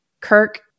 Kirk